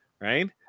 Right